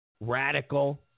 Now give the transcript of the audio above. radical